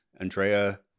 Andrea